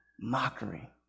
Mockery